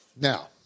Now